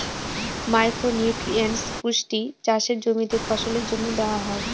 micro nutrients পুষ্টি চাষের জমিতে ফসলের জন্য দেওয়া হয়